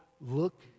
look